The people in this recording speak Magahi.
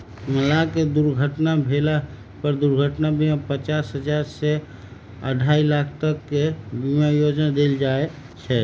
मलाह के दुर्घटना भेला पर दुर्घटना बीमा पचास हजार से अढ़ाई लाख तक के बीमा योजना देल जाय छै